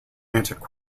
answered